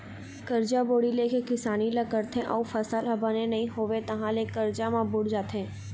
करजा बोड़ी ले के किसानी ल करथे अउ फसल ह बने नइ होइस तहाँ ले करजा म बूड़ जाथे